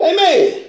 Amen